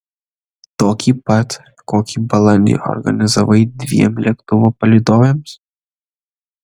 tokį pat kokį balandį organizavai dviem lėktuvo palydovėms